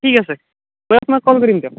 ঠিক আছে মই আপোনাক কল কৰিম দিয়ক